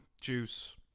juice